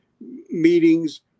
meetings